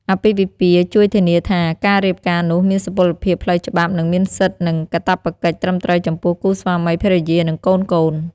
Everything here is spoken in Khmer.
អាពាហ៍ពិពាហ៍ជួយធានាថាការរៀបការនោះមានសុពលភាពផ្លូវច្បាប់ និងមានសិទ្ធិ និងកាតព្វកិច្ចត្រឹមត្រូវចំពោះគូស្វាមីភរិយា និងកូនៗ។